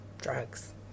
drugs